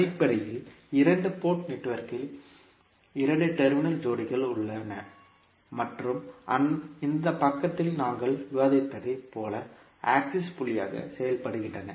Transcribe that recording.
அடிப்படையில் இரண்டு போர்ட் நெட்வொர்க்கில் இரண்டு டெர்மினல் ஜோடிகள் உள்ளன மற்றும் இந்த படத்தில் நாங்கள் விவாதித்ததைப் போல அசஸ் புள்ளிகளாக செயல்படுகின்றன